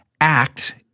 act